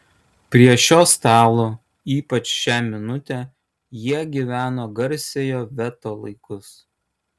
prie šio stalo ypač šią minutę jie gyveno garsiojo veto laikus